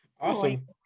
Awesome